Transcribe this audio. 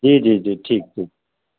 جی جی جی ٹھیک ٹھیک